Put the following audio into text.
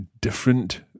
different